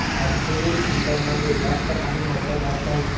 absolute return मध्ये जास्त काही म्हटलं जात नाही